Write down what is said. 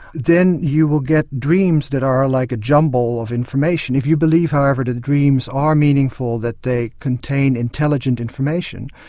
then you will get dreams that are like a jumble of information. if you believe however that dreams are meaningful, that they contain intelligent information,